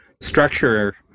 structure